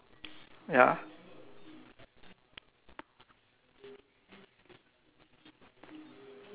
nothing just uh colour is like one green and one is uh dark green